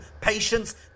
patience